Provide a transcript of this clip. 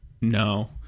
No